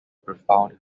profound